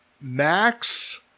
Max